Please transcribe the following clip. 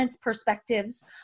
perspectives